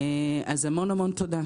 המון המון תודה.